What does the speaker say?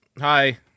Hi